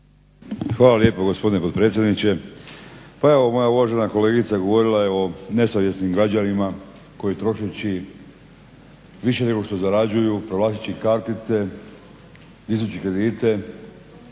Hvala lijepo gospodine potpredsjedniče. Pa evo moja uvažena kolegica govorila je o nesavjesnim građanima koji trošeći više nego što zarađuju provlačeći kartice, dizajući kredite,